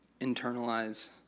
internalize